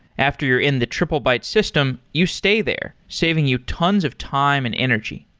after you're in the triplebyte system, you stay there, saving you tons of time and energy.